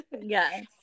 Yes